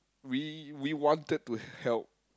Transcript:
we we wanted to help